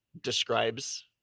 describes